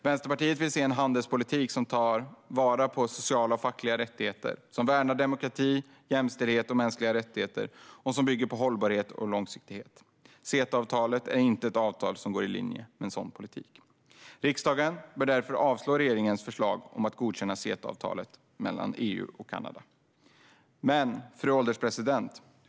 Vänsterpartiet vill se en handelspolitik som tar vara på sociala och fackliga rättigheter, som värnar demokrati, jämställdhet och mänskliga rättigheter och som bygger på hållbarhet och långsiktighet. CETA-avtalet är inte ett avtal som går i linje med en sådan politik. Riksdagen bör därför avslå regeringens förslag om att godkänna CETA-avtalet mellan EU och Kanada. Fru ålderspresident!